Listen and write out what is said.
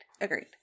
Agreed